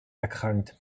erkrankt